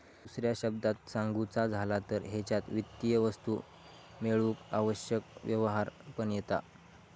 दुसऱ्या शब्दांत सांगुचा झाला तर हेच्यात वित्तीय वस्तू मेळवूक आवश्यक व्यवहार पण येता